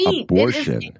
abortion